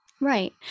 Right